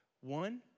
One